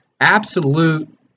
absolute